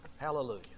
Hallelujah